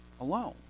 alone